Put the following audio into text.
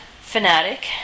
fanatic